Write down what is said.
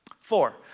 Four